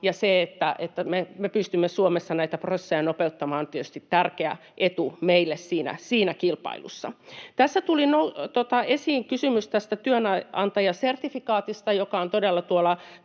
Se, että me pystymme Suomessa näitä prosesseja nopeuttamaan, on tietysti tärkeä etu meille siinä kilpailussa. Tässä tuli esiin kysymys työnantajasertifikaatista, joka on todella työ-